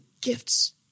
gifts